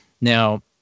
Now